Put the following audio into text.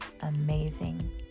amazing